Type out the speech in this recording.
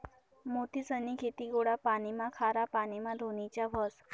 मोतीसनी खेती गोडा पाणीमा, खारा पाणीमा धोनीच्या व्हस